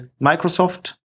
Microsoft